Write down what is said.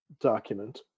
document